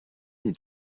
est